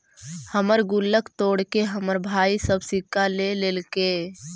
हमर गुल्लक तोड़के हमर भाई सब सिक्का ले लेलके